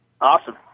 Awesome